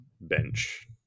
bench